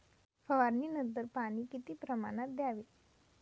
फवारणीनंतर पाणी किती प्रमाणात द्यावे?